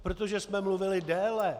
Protože jsme mluvili déle.